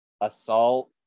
assault